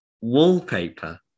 wallpaper